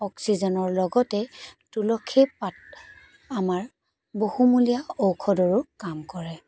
অক্সিজেনৰ লগতে তুলসী পাত আমাৰ বহুমূলীয়া ঔষধৰো কাম কৰে